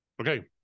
Okay